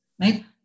right